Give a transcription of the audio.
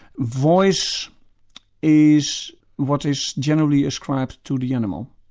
voice is what is generally ascribed to the animal.